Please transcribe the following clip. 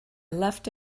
left